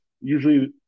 usually